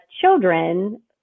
children